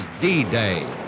D-Day